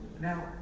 Now